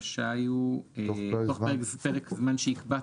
התראה לרשות49א.(א) לא תיקנה רשות ניקוז פגמים בהתאם להוראות